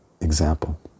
example